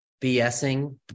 BSing